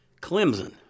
Clemson